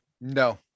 no